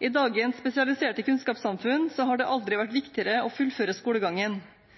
I dagens spesialiserte kunnskapssamfunn har det aldri vært viktigere å fullføre skolegangen.